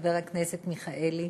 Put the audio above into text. חבר הכנסת מיכאלי,